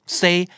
say